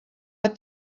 but